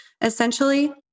essentially